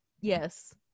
Yes